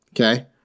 Okay